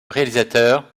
réalisateur